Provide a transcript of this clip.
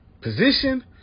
position